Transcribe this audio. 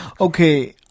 okay